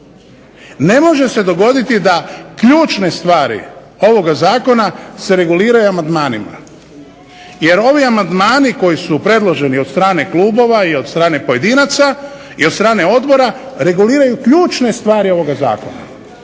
Ne može se dogoditi da ključne stvari ovoga zakona se reguliraju amandmanima jer ovi amandmani koji su predloženi od strane klubova i od strane pojedinaca i od strane odbora reguliraju ključne stvari ovoga zakona.